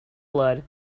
blood